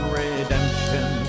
redemption